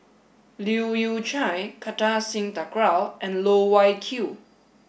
Leu Yew Chye Kartar Singh Thakral and Loh Wai Kiew